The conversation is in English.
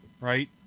Right